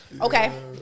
Okay